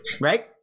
Right